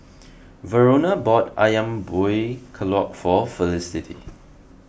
Verona bought Ayam Buah Keluak for Felicity